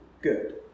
good